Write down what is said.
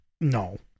No